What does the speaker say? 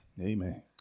amen